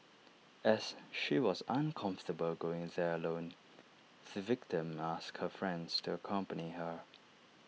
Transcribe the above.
as she was uncomfortable going there alone the victim asked her friend to accompany her